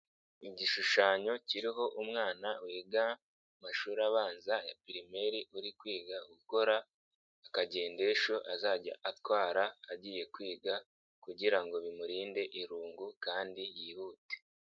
Igishushanyo kiriho umwana wiga mu mashuri abanza ya pirimeri uri kwiga gukora akagendesho azajya atwara agiye kwiga kugira ngo bimurinde irungu kandi yihute.